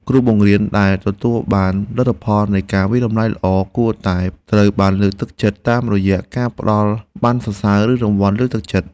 គ្រូបង្រៀនដែលទទួលបានលទ្ធផលនៃការវាយតម្លៃល្អគួរតែត្រូវបានលើកទឹកចិត្តតាមរយៈការផ្តល់ប័ណ្ណសរសើរឬរង្វាន់លើកទឹកចិត្ត។